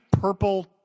purple